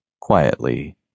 quietly